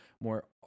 more